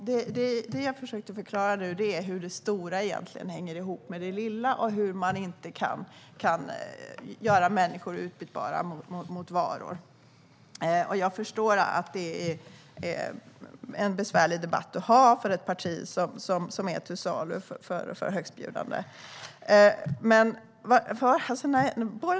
Herr talman! Det jag försökte förklara är hur det stora hänger ihop med det lilla och att människor inte är detsamma som varor. Jag förstår att det är en besvärlig debatt för ett parti som är till salu till högstbjudande.